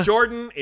Jordan